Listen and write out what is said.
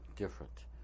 different